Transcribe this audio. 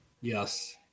Yes